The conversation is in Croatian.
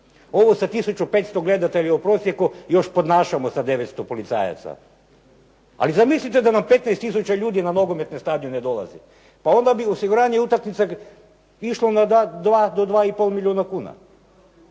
Ovo sa 1 500 gledatelja u prosjeku još podnašamo sa 900 policajaca. Ali zamislite da nam 15 tisuća ljudi na nogometne stadione dolazi. Pa onda bi osiguranje utakmica išlo na 2 do 2,5 milijuna kuna.